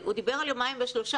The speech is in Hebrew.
השר דיבר על יומיים ושלושה.